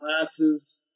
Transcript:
classes